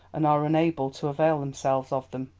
and are unable to avail themselves of them.